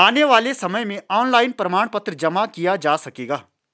आने वाले समय में ऑनलाइन प्रमाण पत्र जमा किया जा सकेगा